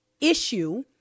issue